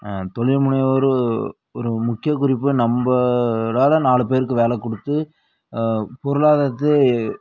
தொழில்முனைவோர் ஒரு முக்கிய குறிப்பு நம்மளால நாலு பேருக்கு வேலை கொடுத்து பொருளாதாரத்தை